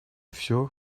всё